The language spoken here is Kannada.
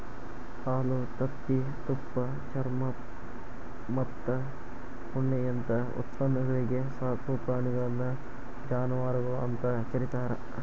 ಹಾಲು, ತತ್ತಿ, ತುಪ್ಪ, ಚರ್ಮಮತ್ತ ಉಣ್ಣಿಯಂತ ಉತ್ಪನ್ನಗಳಿಗೆ ಸಾಕೋ ಪ್ರಾಣಿಗಳನ್ನ ಜಾನವಾರಗಳು ಅಂತ ಕರೇತಾರ